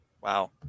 Wow